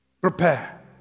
Prepare